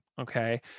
Okay